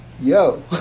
yo